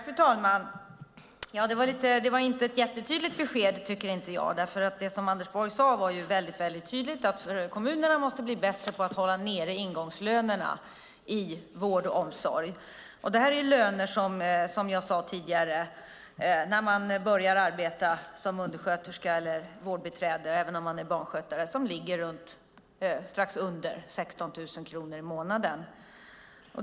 Fru talman! Det var inte ett jättetydligt besked, tycker jag. Anders Borg sade väldigt tydligt att kommunerna måste bli bättre på att hålla nere ingångslönerna i vård och omsorg. Det är löner, som jag sade tidigare, när man börjar arbeta som undersköterska eller vårdbiträde eller barnskötare som ligger strax under 16 000 kronor i månaden.